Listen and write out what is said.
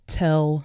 tell